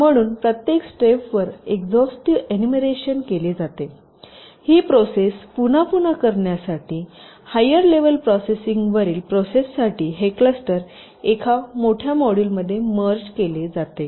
म्हणून प्रत्येक स्टेप वर एक्सझोस्टिव्ह इनुमेरेशन केली जाते ही प्रोसेस पुन्हा पुन्हा करण्यासाठी हायर लेवल प्रोसेसिंगवरील प्रोसेससाठी हे क्लस्टर एका मोठ्या मॉड्यूलमध्ये मर्ज केले जाते